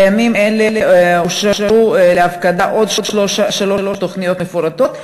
בימים אלה אושרו להפקדה עוד שלוש תוכניות מפורטות,